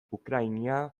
ukraina